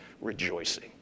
rejoicing